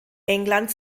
england